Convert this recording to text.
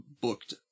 booked